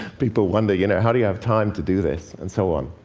people wonder, you know, how do you have time to do this? and so on.